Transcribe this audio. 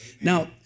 Now